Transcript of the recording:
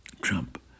Trump